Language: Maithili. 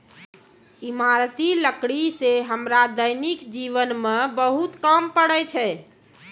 इमारती लकड़ी सें हमरा दैनिक जीवन म बहुत काम पड़ै छै